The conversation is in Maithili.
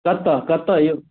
कतय कतय यौ